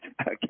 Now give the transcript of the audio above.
okay